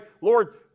Lord